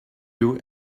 you